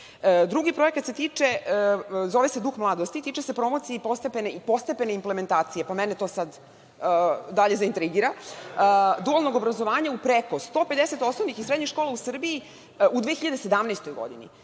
projekat se zove ''Duh mladosti''. Tiče se promocije i postepene implementacije, pa mene to sad dalje zaintrigira, dualnog obrazovanja u preko 150 osnovnih i srednjih škola u Srbiji u 2017. godini